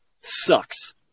sucks